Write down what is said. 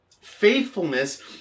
Faithfulness